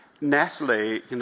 Natalie